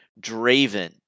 Draven